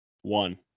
One